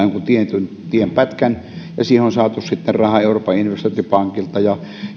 jonkun tietyn tienpätkän ja siihen on saatu sitten rahaa euroopan investointipankilta ja